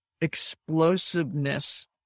explosiveness